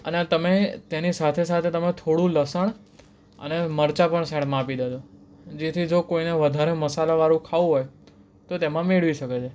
અને તમે તેની સાથે સાથે તમે થોડું લસણ અને મરચાં પણ સાઈડમાં આપી દેજો જેથી જો કોઈને વધારે મસાલાવાળું ખાવું હોય તો તેમાં મેળવી શકે છે